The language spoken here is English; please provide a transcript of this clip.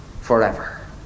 forever